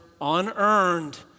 unearned